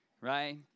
right